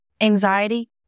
anxiety